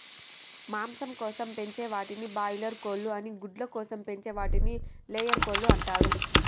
మాంసం కోసం పెంచే వాటిని బాయిలార్ కోళ్ళు అని గుడ్ల కోసం పెంచే వాటిని లేయర్ కోళ్ళు అంటారు